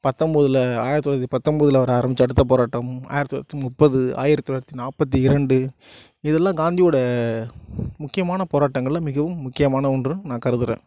பத்தொன்போதுல ஆயிரத்தி தொள்ளாயிரத்தி பத்தொன்போதுல அவர் ஆரம்பித்த அடுத்த போராட்டமும் ஆயிரத்தி தொள்ளாயிரத்தி முப்பது ஆயிரத்தி தொள்ளாயிரத்தி நாற்பத்தி இரண்டு இதெல்லாம் காந்தியோடய முக்கியமான போராட்டங்களில் மிகவும் முக்கியமான ஒன்றுனு நான் கருதுகிறேன்